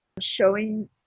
showing